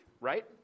right